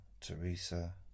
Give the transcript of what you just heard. Teresa